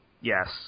Yes